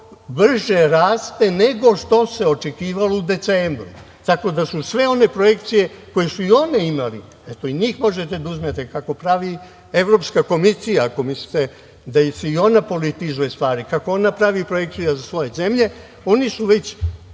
brže raste nego što se očekivalo u decembru. Tako da su sve one projekcije, koje su i one imale, i njih možete da uzmete, kako pravi Evropska komisija, ako mislite da i ona politizuje stvari, kako ona pravi projekciju za svoje zemlje, oni su već